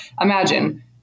imagine